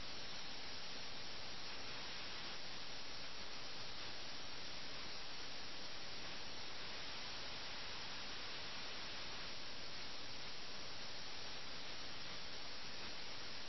അവർ തങ്ങളുടെ ചെസ്സ് രാജാക്കന്മാരെക്കുറിച്ച് ആകുലപ്പെടുന്നു അവർ ചെസ്സ് രാജാക്കന്മാരെയും വസീറുകളെയും രക്ഷിക്കാൻ പോരടിക്കുന്നു